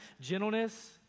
gentleness